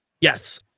Yes